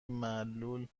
معلول